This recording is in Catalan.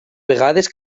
vegades